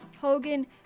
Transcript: Hogan